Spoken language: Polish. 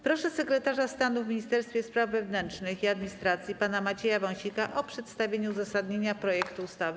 Proszę sekretarza stanu w Ministerstwie Spraw Wewnętrznych i Administracji pana Macieja Wąsika o przedstawienie uzasadnienia projektu ustawy.